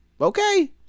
okay